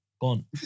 gone